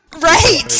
right